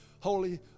Holy